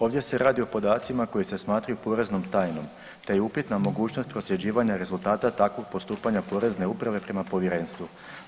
Ovdje se radi o podacima koji se smatraju poreznom tajnom te je upitna mogućnost prosljeđivanja rezultata takvog postupaka Porezne uprave prema povjerenstvu.